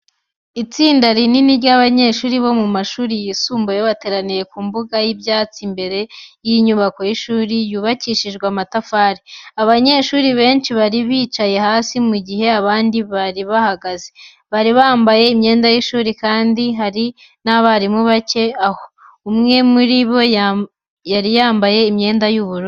Itsinda rinini ry'abanyeshuri bo mu mashuri yisumbuye bateraniye ku mbuga y'ibyatsi imbere y'inyubako y'ishuri, yubakishijwe amatafari. Abanyeshuri benshi bari bicaye hasi, mu gihe abandi bari bahagaze. Bari bambaye imyenda y'ishuri, kandi hari n'abarimu bake bari aho. Umwe muri bo yari yambaye imyenda y'ubururu.